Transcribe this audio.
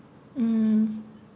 mm